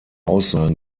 aussagen